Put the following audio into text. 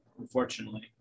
unfortunately